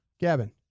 Gavin